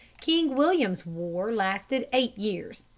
king william's war lasted eight years.